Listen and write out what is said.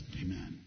Amen